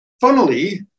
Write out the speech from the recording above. Funnily